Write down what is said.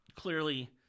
clearly